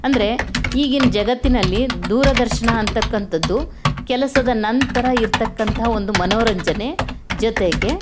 ಅಂದರೆ ಈಗಿನ ಜಗತ್ತಿನಲ್ಲಿ ದೂರದರ್ಶನ ಅಂತಕ್ಕಂಥದ್ದು ಕೆಲಸದ ನಂತರ ಇರತಕ್ಕಂತಹ ಒಂದು ಮನೋರಂಜನೆ ಜೊತೆಗೆ